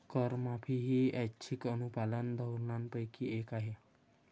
करमाफी ही ऐच्छिक अनुपालन धोरणांपैकी एक आहे